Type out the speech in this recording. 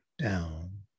down